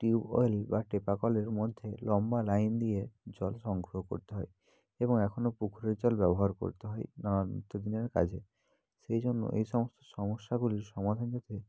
tubewell বা টেপা কলের মধ্যে লম্বা লাইন দিয়ে জল সংগ্রহ করতে হয় এবং এখনো পুকুরের জল ব্যবহার করতে হয় নানা নিত্য দিনের কাজে সেই জন্য এই সমস্ত সমস্যাগুলির সমাধান যাতে